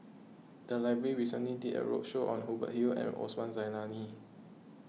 the library recently did a roadshow on Hubert Hill and Osman Zailani